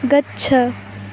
गच्छ